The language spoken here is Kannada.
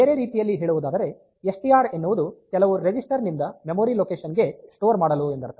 ಬೇರೆ ರೀತಿಯಲ್ಲಿ ಹೇಳುವುದಾದರೆ ಎಸ್ ಟಿ ಆರ್ ಎನ್ನುವುದು ಕೆಲವು ರಿಜಿಸ್ಟರ್ ನಿಂದ ಮೆಮೊರಿ ಲೊಕೇಶನ್ ಗೆ ಸ್ಟೋರ್ ಮಾಡಲು ಎಂದರ್ಥ